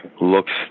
looks